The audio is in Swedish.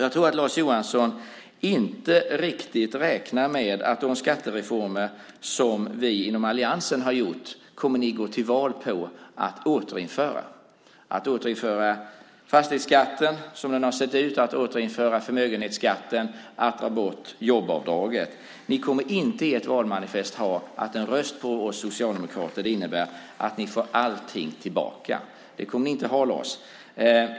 När det gäller de skattereformer som vi inom alliansen har gjort tror jag inte riktigt att Lars Johansson räknar med att ni kommer att gå till val på att återinföra fastighetsskatten som den har sett ut, på att återinföra förmögenhetsskatten och på att ta bort jobbavdraget. Det kommer inte att stå i ert valmanifest att en röst på er socialdemokrater innebär att man får allting tillbaka. Det kommer det inte att göra, Lars.